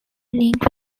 link